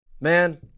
man